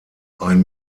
ein